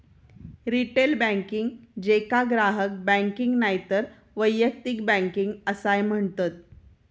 retail banking, जेका ग्राहक banking नायतर वैयक्तिक बँकिंग असाय म्हणतत